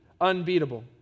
unbeatable